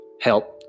help